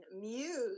Muse